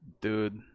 dude